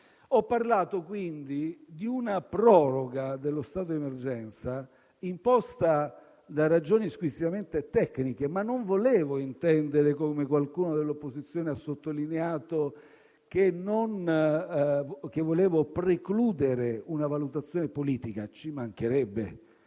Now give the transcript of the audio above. Ho parlato, quindi, di una proroga dello stato di emergenza imposta da ragioni squisitamente tecniche, ma non volevo intendere - come qualcuno dell'opposizione ha sottolineato - che volevo precludere una valutazione politica. Ci mancherebbe!